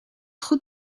goed